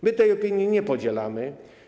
My tej opinii nie podzielamy.